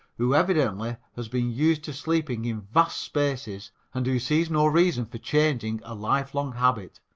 who evidently has been used to sleeping in vast spaces and who sees no reason for changing a lifelong habit.